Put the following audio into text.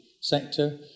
sector